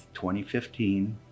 2015